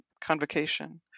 convocation